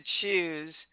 choose